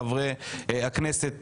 חברי הכנסת,